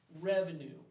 revenue